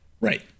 right